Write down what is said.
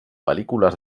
pel·lícules